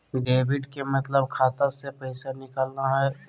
debit के मतलब खाता से पैसा निकलना हय